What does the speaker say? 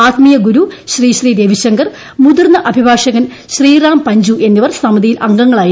ആത്മീയ ഗുരു ശ്രീ ശ്രീ രവിശങ്കർ മുതിർന്ന അഭിഭാഷകൻ ശ്രീരാം പഞ്ചു എന്നിവർ സമിതിയിൽ അംഗങ്ങളായിരുന്നു